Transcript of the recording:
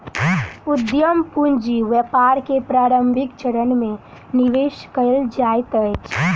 उद्यम पूंजी व्यापार के प्रारंभिक चरण में निवेश कयल जाइत अछि